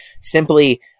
simply